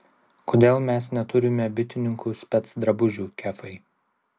kodėl mes neturime bitininkų specdrabužių kefai